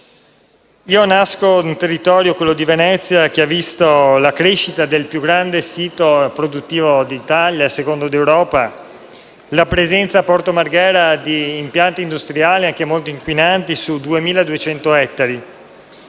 Sono nato nel territorio di Venezia, che ha visto la crescita del più grande sito produttivo d'Italia, secondo in Europa, e la presenza a Porto Marghera di impianti industriali anche molto inquinanti su 2.200 ettari.